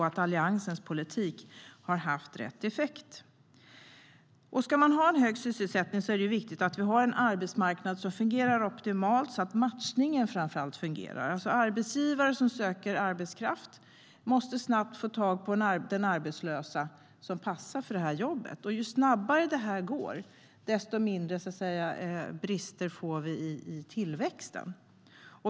Alliansens politik har haft rätt effekt. Ska vi ha en hög sysselsättning är det viktigt att vi har en arbetsmarknad som fungerar optimalt, så att framför allt matchningen fungerar. Arbetsgivare som söker arbetskraft måste snabbt få tag på den arbetslösa som passar för jobbet. Ju snabbare det går, desto mindre brister får vi i tillväxten.